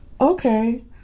Okay